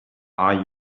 are